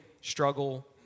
struggle